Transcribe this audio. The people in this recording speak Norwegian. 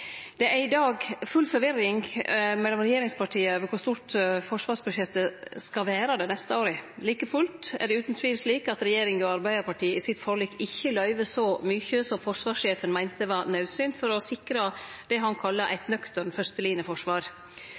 Det er i dag full forvirring mellom regjeringspartia over kor stort forsvarsbudsjettet skal vere dei neste åra. Like fullt er det utan tvil slik at regjeringa og Arbeidarpartiet i sitt forlik ikkje løyver så mykje som forsvarssjefen meinte var naudsynt for å sikre det han kalla eit